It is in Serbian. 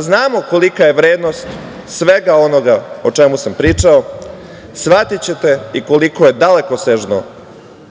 znamo kolika je vrednost svega onoga o čemu sam pričao, shvatićete koliko je dalekosežno